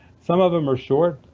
some of them are short,